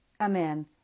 amen